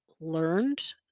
learned